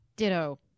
ditto